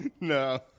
No